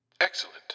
Excellent